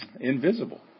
invisible